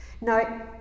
Now